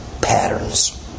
patterns